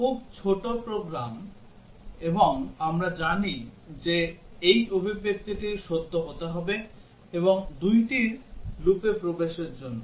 এই খুব ছোট প্রোগ্রাম এবং আমরা জানি যে এই অভিব্যক্তিটি সত্য হতে হবে এই দুইটির লুপে প্রবেশের জন্য